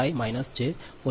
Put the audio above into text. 5 j 4